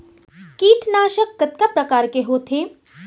कीटनाशक कतका प्रकार के होथे?